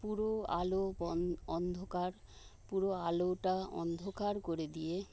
পুরো আলো বন অন্ধকার পুরো আলোটা অন্ধকার করে দিয়ে